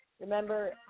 Remember